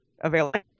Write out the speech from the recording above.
available